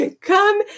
Come